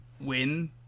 win